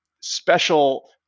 special